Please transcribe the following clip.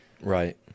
right